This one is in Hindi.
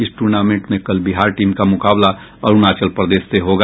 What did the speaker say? इस टूर्नामेंट में कल बिहार टीम का मुकाबला अरूणाचल प्रदेश से होगा